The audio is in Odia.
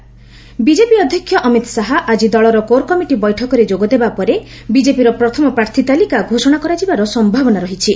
ବିକେପି ଅଧ୍ୟକ୍ଷ ଅମିତ ଶାହା ଆଜି ଦଳର କୋର୍ କମିଟି ବୈଠକରେ ଯୋଗଦେବା ପରେ ବିକେପିର ପ୍ରଥମ ପ୍ରାର୍ଥୀ ତାଲିକା ଘୋଷଣ କରାଯିବାର ସମ୍ଭାବନା ରହିଛି